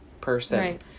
person